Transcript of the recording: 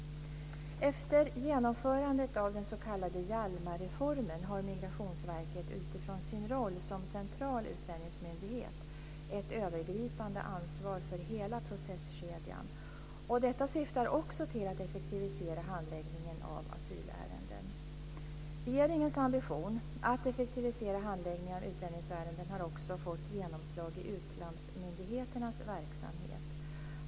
Efter genomförandet av den s.k. Hjalmarreformen har Migrationsverket utifrån sin roll som central utlänningsmyndighet ett övergripande ansvar för hela processkedjan. Detta syftar också till att effektivisera handläggningen av asylärendena. Regeringens ambition att effektivisera handläggningen av utlänningsärenden har också fått genomslag i utlandsmyndigheternas verksamhet.